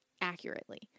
accurately